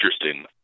interesting